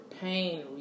pain